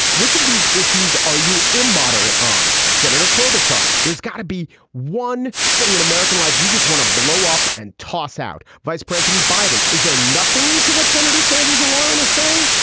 which of these issues are you immoderate on? senator klobuchar? there's gotta be one thing in american life. you just want to blow up and toss out. vice president biden, is there nothing to what senator sanders and warren are saying?